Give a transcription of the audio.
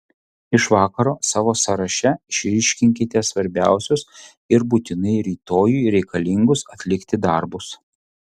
iš vakaro savo sąraše išryškinkite svarbiausius ir būtinai rytoj reikalingus atlikti darbus